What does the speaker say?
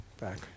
back